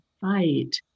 fight